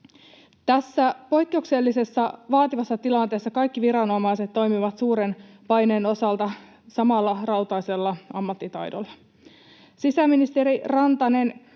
Tässä poikkeuksellisen vaativassa tilanteessa kaikki viranomaiset toimivat suuren paineen osalta samalla rautaisella ammattitaidolla. Sisäministeri Rantanen,